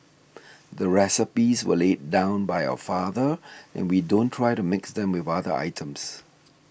the recipes were laid down by our father and we don't try to mix them with other items